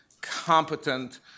competent